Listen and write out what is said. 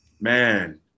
man